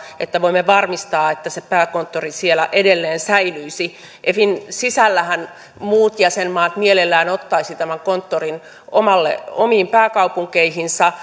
että voimme varmistaa että se pääkonttori siellä edelleen säilyisi efin sisällähän muut jäsenmaat mielellään ottaisivat tämän konttorin omiin pääkaupunkeihinsa